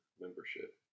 membership